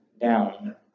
down